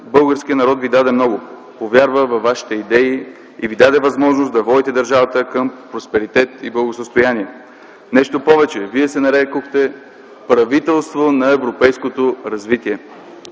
българският народ ви даде много, повярва във вашите идеи и ви даде възможност да водите държавата към просперитет и благосъстояние. Нещо повече – вие се нарекохте правителство на европейското развитие.